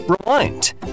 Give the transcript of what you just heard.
rewind